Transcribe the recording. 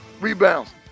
rebounds